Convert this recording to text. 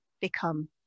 become